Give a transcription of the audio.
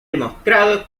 demostrado